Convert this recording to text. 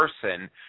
person